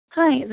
Hi